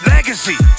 Legacy